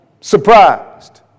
surprised